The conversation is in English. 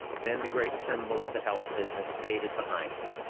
then the great symbol of the health business faded behind him,